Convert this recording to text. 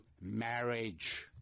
marriage